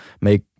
make